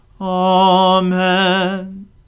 Amen